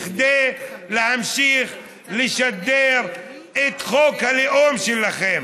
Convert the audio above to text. כדי להמשיך לשדר את חוק הלאום שלכם,